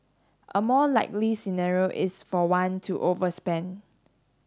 a more likely scenario is for one to overspend